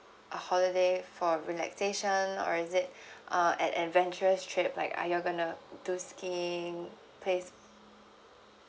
a holiday for relaxation or is it uh an adventurous trip like are you're going to do skiing plays